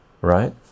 right